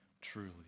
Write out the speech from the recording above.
truly